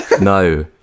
No